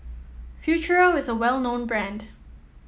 Futuro is a well known brand